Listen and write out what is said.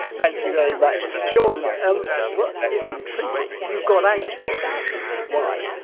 thank you very much. shaun, um what is intriguing, you got out of music, why?